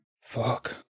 Fuck